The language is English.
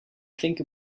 think